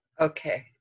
Okay